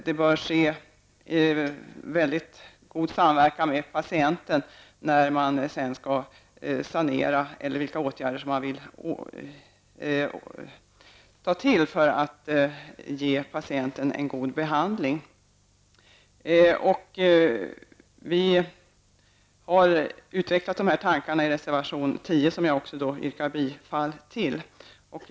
Det bör ske i god samverkan med patienten när man skall sanera eller vidta andra åtgärder för att ge patienten en god behandling. Vi har utvecklat dessa tankar i reservation nr 10, som jag också yrkar bifall till.